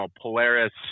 Polaris